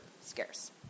scarce